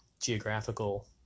geographical